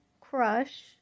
crush